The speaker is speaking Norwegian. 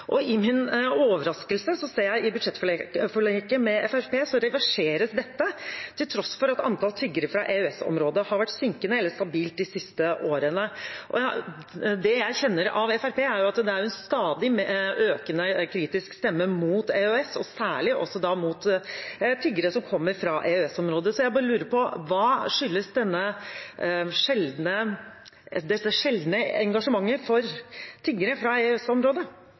min overraskelse ser jeg i budsjettforliket med Fremskrittspartiet at dette reverseres, til tross for at antall tiggere fra EØS-området har vært synkende eller stabilt de siste årene. Det jeg kjenner av Fremskrittspartiet, er at det er en stadig økende, kritisk stemme mot EØS, og særlig mot tiggere som kommer fra EØS-området. Så jeg lurer på: Hva skyldes dette sjeldne engasjementet for tiggere fra